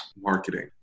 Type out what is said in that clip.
marketing